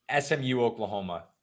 SMU-Oklahoma